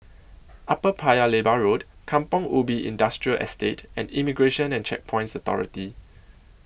Upper Paya Lebar Road Kampong Ubi Industrial Estate and Immigration and Checkpoints Authority